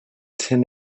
ten